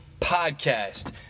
podcast